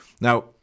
Now